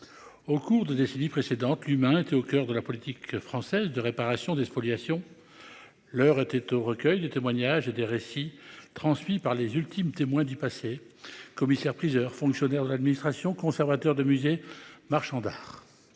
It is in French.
Au cours des décennies précédentes, l'humain était au coeur de la politique française de réparation des spoliations. L'heure était au recueille les témoignages et des récits transmis par les ultimes témoins du passé commissaire priseur fonctionnaire de l'administration conservateur de musée marchand d'art.